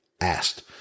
asked